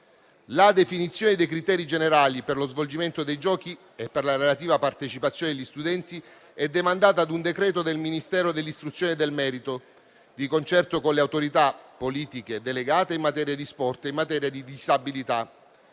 La definizione dei criteri generali per lo svolgimento dei giochi e per la relativa partecipazione degli studenti è demandata ad un decreto del Ministero dell'istruzione e del merito, di concerto con le autorità politiche delegate in materia di sport e in materia di disabilità.